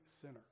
sinner